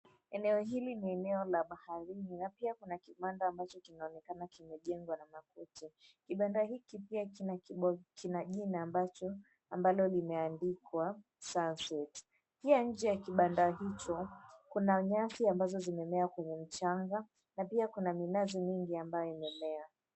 Eneo hili ni eneo la baharini na pia kuna kibanda kinaonekana limejengwa kwa makuti. Kibanda hiki pia kina jina ambalo limeandikwa, Sunset. Pia nje kibanda hicho kuna nyasi ambazo zimemea kwenye mchanga na pia kuna minazi mingi ambayo imemea.